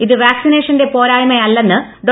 ഇത് വാക്സിനേഷന്റെ പോരായ്മയല്ലെന്ന് ഡോ